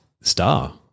Star